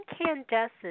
incandescent